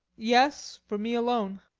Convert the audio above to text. yes, for me alone.